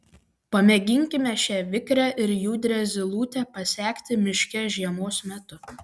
pamėginkime šią vikrią ir judrią zylutę pasekti miške žiemos metu